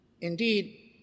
Indeed